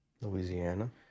Louisiana